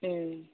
ம்